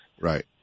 Right